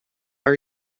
are